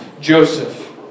Joseph